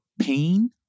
pain